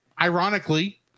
ironically